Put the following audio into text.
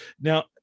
now